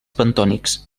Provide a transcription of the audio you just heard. bentònics